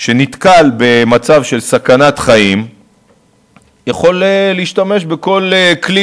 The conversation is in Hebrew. שנתקל במצב של סכנת חיים יכול להשתמש בכל כלי,